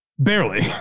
Barely